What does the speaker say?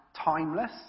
timeless